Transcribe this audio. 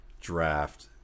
draft